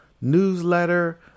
newsletter